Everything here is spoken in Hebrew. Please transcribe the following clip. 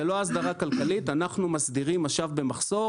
זה לא הסדרה כלכלית, אנחנו מסדירים משאב במחסור.